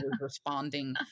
responding